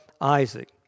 Isaac